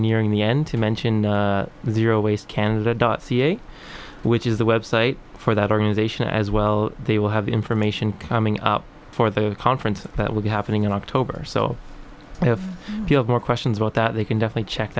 nearing the end to mention zero waste canada dot ca which is the web site for that organization as well they will have information coming up for the conference that will be happening in october so if you have more questions about that they can definitely check